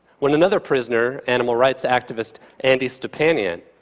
when another prisoner, animal rights activist andy stepanian,